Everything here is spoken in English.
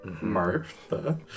Martha